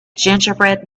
gingerbread